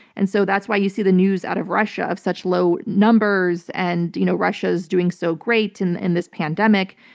and so that's why you see the news out of russia of such low numbers. and you know russia's doing so great and in this pandemic,